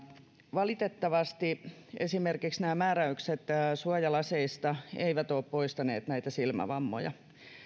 valitettavasti esimerkiksi nämä määräykset suojalaseista eivät ole poistaneet näitä silmävammoja